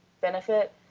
benefit